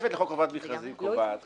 התוספת לחוק חובת המכרזים קובעת